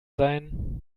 sein